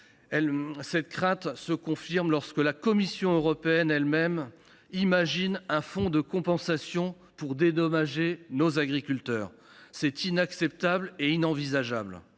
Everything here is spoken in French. des accords commerciaux, alors que la Commission européenne elle même imagine un fonds de compensation pour dédommager nos agriculteurs. C’est inacceptable et inenvisageable